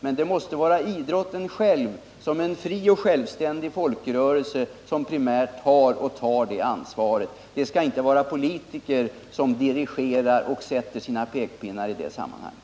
Men det måste vara idrotten själv som i sin egenskap av en fri och självständig folkrörelse primärt har och tar det ansvaret. Det skall inte vara politiker som dirigerar och sätter upp pekpinnar i det sammanhanget.